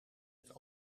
het